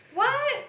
what